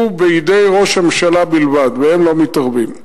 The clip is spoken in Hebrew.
הוא בידי ראש הממשלה בלבד והם לא מתערבים.